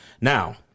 Now